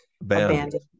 abandoned